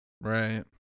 Right